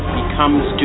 becomes